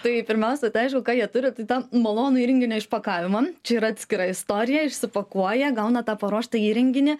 tai pirmiausia taiaišku ką jie turi tą malonų įrenginio išpakavimą čia yra atskira istorija išsipakuoja gauna tą paruoštą įrenginį